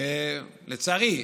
לצערי,